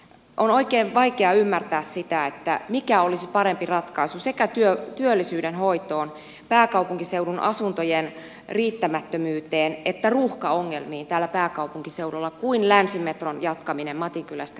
on oikein vaikea ymmärtää sitä mikä olisi parempi ratkaisu sekä työllisyyden hoitoon pääkaupunkiseudun asuntojen riittämättömyyteen että ruuhkaongelmiin täällä pääkaupunkiseudulla kuin länsimetron jatkaminen matinkylästä kivenlahteen